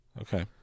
Okay